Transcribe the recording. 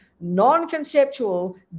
non-conceptual